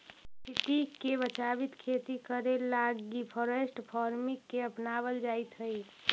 पारिस्थितिकी के बचाबित खेती करे लागी फॉरेस्ट फार्मिंग के अपनाबल जाइत हई